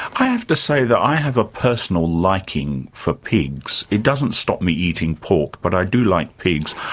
i have to say that i have a personal liking for pigs. it doesn't stop me eating pork, but i do like pigs.